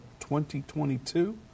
2022